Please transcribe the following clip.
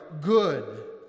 good